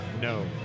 No